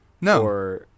No